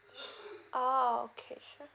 oh okay sure